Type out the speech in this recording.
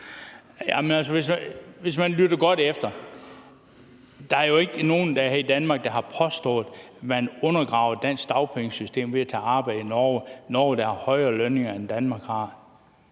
hvis man lytter godt efter, er der jo ikke nogen her i Danmark, der har påstået, at man undergraver det danske dagpengesystem ved at tage arbejde i Norge, hvor man har højere lønninger, end vi har